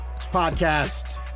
podcast